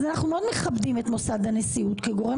אז אנחנו מאוד מכבדים את מוסד הנשיא כגורם